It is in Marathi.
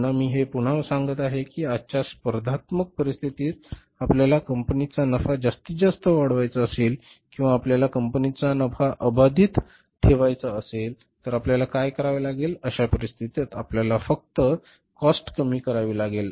पुन्हा मी हे पुन्हा पुन्हा सांगत आहे की आजच्या स्पर्धात्मक परिस्थितीत आपल्याला कंपनीचा नफा जास्तीत जास्त वाढवायचा असेल किंवा आपल्याला कंपनीचा नफा अबाधित ठेवायचा असेल तर आपल्याला काय करावे लागेल अशा परिस्थितीत आपल्याला फक्त कॉस्ट कमी करावी लागेल